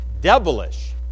devilish